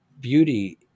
beauty